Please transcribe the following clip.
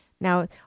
now